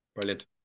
Brilliant